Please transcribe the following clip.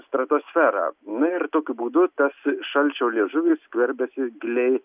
stratosferą na ir tokiu būdu tas šalčio liežuvis skverbiasi giliai